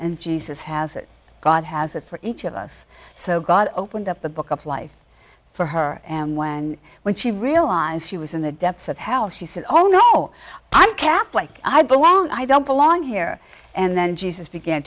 and jesus has it god has it for each of us so god opened up the book of life for her and when when she realized she was in the depths of hell she said oh no i'm catholic i belong i don't belong here and then jesus began